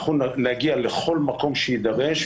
אנחנו נגיע לכל מקום שיידרש,